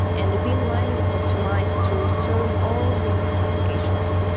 and the beamline is optimised to serve all these applications.